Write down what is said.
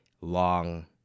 long